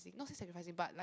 not say sacrificing but like